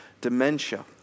dementia